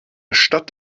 stadt